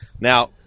Now